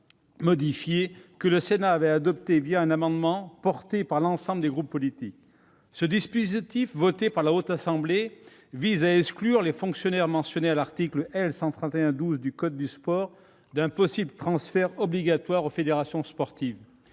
alinéa que le Sénat avait adopté un amendement porté par l'ensemble des groupes politiques. Ce dispositif retenu par la Haute Assemblée vise à exclure les fonctionnaires mentionnés à l'article L. 131-12 du code du sport d'un possible transfert obligatoire aux fédérations sportives.